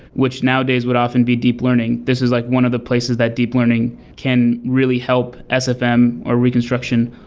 which nowadays would often be deep learning. this is like one of the places that deep learning can really help sfm or reconstruction,